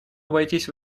обойтись